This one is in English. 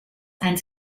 and